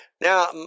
Now